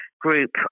group